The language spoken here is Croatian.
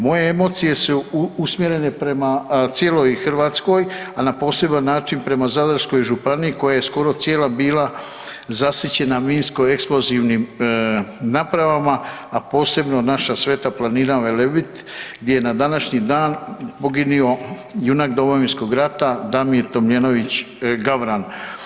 Moje emocije su usmjerene prema cijeloj Hrvatskoj, a na poseban način prema Zadarskoj županiji koja je skoro cijela bila zasićena minsko-eksplozivnim napravama, a posebno naša sveta planina Velebit gdje je na današnji dan poginuo junak Domovinskog rata Damir Tomljenović Gavran.